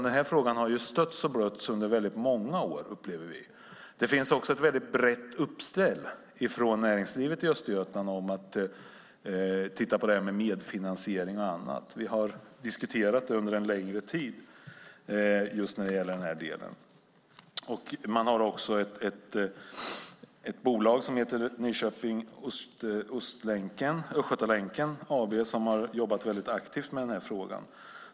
Den här frågan har stötts och blötts under många år, upplever vi. Det finns också en bred uppställning från näringslivet i Östergötland när det gäller att titta på medfinansiering och annat. Vi har diskuterat det under en längre tid. Man har också ett bolag som heter Nyköping-Östgötalänken AB som har jobbat aktivt med den här frågan.